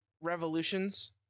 revolutions